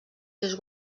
seus